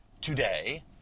today